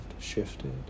shifted